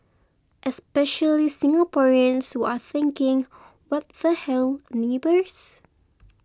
especially Singaporeans who are thinking what the hell neighbours